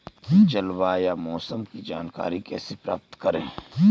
जलवायु या मौसम की जानकारी कैसे प्राप्त करें?